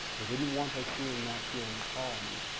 they didn't want us doing that here in the colonies.